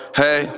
hey